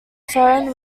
phone